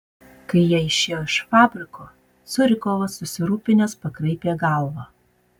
kai jie išėjo iš fabriko curikovas susirūpinęs pakraipė galva